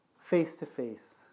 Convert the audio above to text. face-to-face